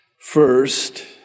First